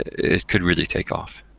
it could really take off.